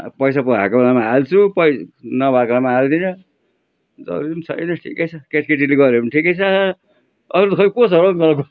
पैसा भएको बेलामा हाल्छु पै नभएको बेलामा हाल्दिनँ जरुरी छैन ठिक छ केटा केटीले गऱ्यो भने ठिक छ अरू त खोइ को छ र हौ मलाई कल